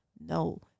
No